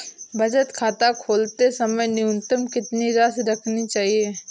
बचत खाता खोलते समय न्यूनतम कितनी राशि रखनी चाहिए?